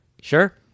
Sure